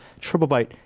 TripleByte